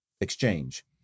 exchange